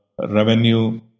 revenue